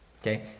Okay